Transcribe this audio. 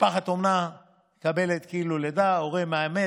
משפחת אומנה מקבלת כאילו לידה, והורה מאמץ,